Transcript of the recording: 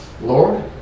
Lord